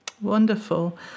Wonderful